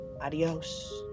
adios